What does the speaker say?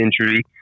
injury